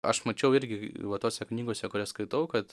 aš mačiau irgi va tose knygose kurias skaitau kad